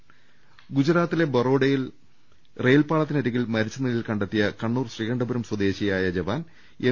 ് ഗുജറാത്തിലെ വഡോദരയിൽ റെയിൽ പാളത്തിനരികിൽ മരിച്ച നിലയിൽ കണ്ടെത്തിയ കണ്ണൂർ ശ്രീകണ്ഠപുരം സ്വദേശിയായ ജവാൻ എം